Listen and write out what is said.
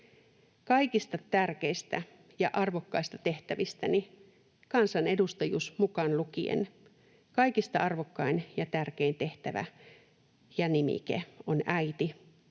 Kaikista tärkeistä ja arvokkaista tehtävistäni, kansanedustajuus mukaan lukien, kaikista arvokkain ja tärkein tehtävä ja nimike on äiti